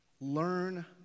Learn